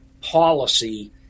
policy